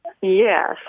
Yes